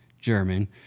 German